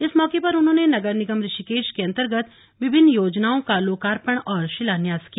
इस मौके पर उन्होंने नगर निगम ऋषिकेश के अन्तर्गत विभिन्न योजनाओं का लोकार्पण और शिलान्यास किया